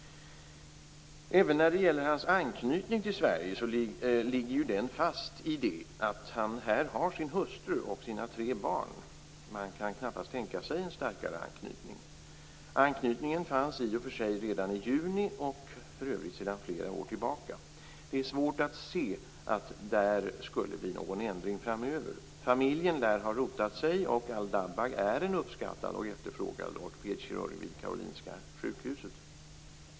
Även när det gäller hans anknytning till Sverige ligger den fast i det att han här har sin hustru och sina tre barn. Man kan knappast tänka sig en starkare anknytning. Anknytningen fanns i och för sig redan i juni och för övrigt sedan flera år tillbaka. Det är svårt att se att det där skulle bli någon ändring framöver. Familjen lär ha rotat sig och Al-Dabbagh är en uppskattad och efterfrågad ortopedkirurg vid Karolinska sjukhuset.